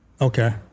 okay